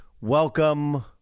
welcome